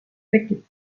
tekib